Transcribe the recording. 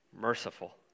merciful